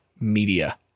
media